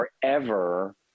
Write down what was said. forever